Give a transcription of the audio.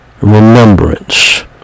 Remembrance